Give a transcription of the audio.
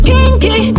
Kinky